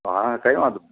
હા કંઈ વાંધો ન